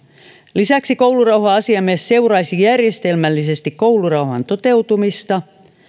lisäksi koulurauha asiamies seuraisi järjestelmällisesti koulurauhan toteutumista